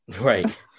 Right